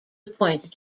appointed